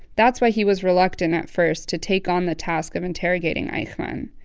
that's why he was reluctant, at first, to take on the task of interrogating eichmann.